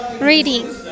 reading